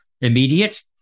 immediate